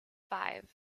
five